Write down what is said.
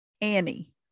Annie